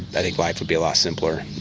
i think life would be a lot simpler,